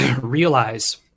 realize